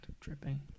Dripping